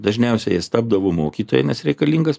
dažniausiai jis tapdavo mokytoju nes reikalingas